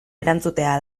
erantzutea